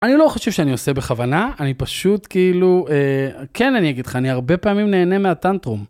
אני לא חושב שאני עושה בכוונה, אני פשוט כאילו, כן, אני אגיד לך, אני הרבה פעמים נהנה מהטנטרום.